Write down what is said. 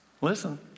listen